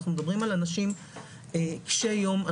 אנחנו מדברים על אנשים קשי יום,